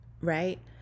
right